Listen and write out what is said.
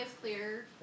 clear